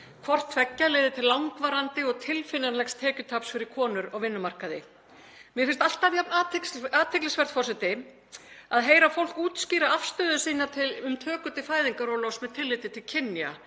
Hvort tveggja leiðir til langvarandi og tilfinnanlegs tekjutaps fyrir konur á vinnumarkaði. Mér finnst alltaf jafn athyglisvert að heyra fólk útskýra afstöðu sína til töku fæðingarorlofs með tilliti til kynja.